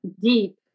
deep